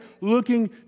looking